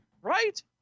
Right